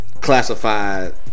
classified